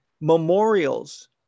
memorials